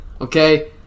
Okay